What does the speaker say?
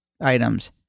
items